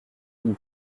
une